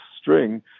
string